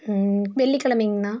வெள்ளிக்கிழமைங்ண்ணா